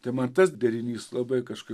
tai man tas derinys labai kažkaip